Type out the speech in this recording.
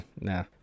nah